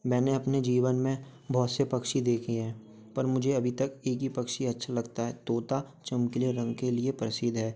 मैंने अपने जीवन में बहोत से पक्षी देखी हैं पर मुझे अभी तक एक ही पक्षी अच्छा लगता है तोता चमकीले रंग के लिए प्रसिद्ध है